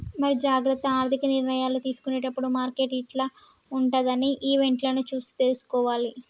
మరి జాగ్రత్త ఆర్థిక నిర్ణయాలు తీసుకునేటప్పుడు మార్కెట్ యిట్ల ఉంటదని ఈవెంట్లను చూసి తీసుకోవాలి